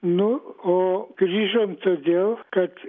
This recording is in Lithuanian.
nu o grįžom todėl kad